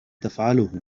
تفعله